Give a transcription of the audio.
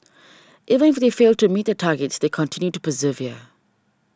even if they failed to meet their targets they continue to persevere